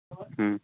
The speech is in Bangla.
হুম